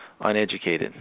uneducated